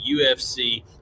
UFC